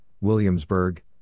Williamsburg